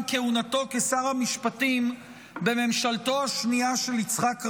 כהונתו כשר המשפטים בממשלתו השנייה של יצחק רבין.